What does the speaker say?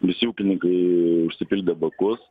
visi ūkininkai užsipildė bakus